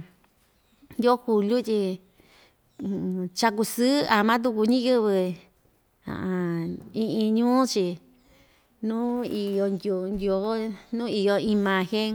yoo juliu tyi cha kusɨɨ ama tuku ñiyɨvɨ iin iin ñuu‑chi nuu iyo ndyoo ndyoo nuu iyo imagen.